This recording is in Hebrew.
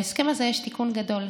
בהסכם הזה יש תיקון גדול,